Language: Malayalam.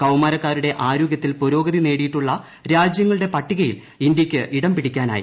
കൌമാരക്കാരുടെ ആരോഗ്യത്തിൽ പുരോഗതി നേടിയിട്ടുള്ള രാജ്യങ്ങളുടെ പട്ടികയിൽലും ഇന്ത്യയ്ക്ക് ഇടം പിടിക്കാനായി